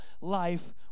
life